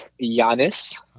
Giannis